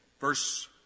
Verse